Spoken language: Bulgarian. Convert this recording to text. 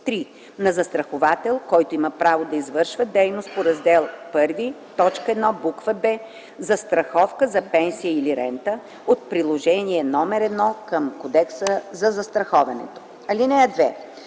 3. на застраховател, който има право да извършва дейност по раздел І, т. 1, буква “б” - ”Застраховка за пенсия или рента”, от приложение № 1 към Кодекса за застраховането. (2)